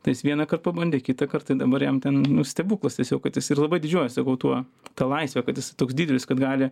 tai jis vieną kart pabandė kitą kart tai dabar jam ten nu stebuklas tiesiog kad jis ir labai didžiuojas tuo ta laisve kad jis toks didelis kad gali